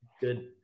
good